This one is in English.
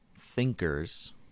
thinkers